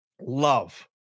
love